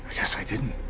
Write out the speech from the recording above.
guess i didn't.